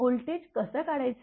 voltage कसं काढायचं